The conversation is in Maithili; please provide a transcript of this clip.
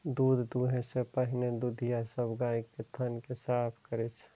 दूध दुहै सं पहिने दुधिया सब गाय के थन कें साफ करै छै